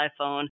iPhone